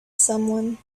someone